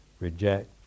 reject